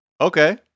Okay